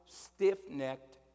stiff-necked